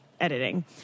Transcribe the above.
editing